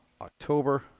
October